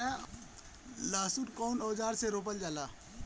लहसुन कउन औजार से रोपल जाला?